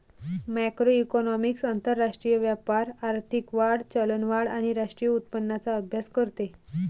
macroeconomics आंतरराष्ट्रीय व्यापार, आर्थिक वाढ, चलनवाढ आणि राष्ट्रीय उत्पन्नाचा अभ्यास करते